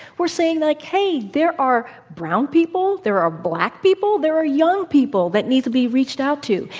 we're saying like, hey, there are brown people, there are black people, there are young people that needs to be reached out to.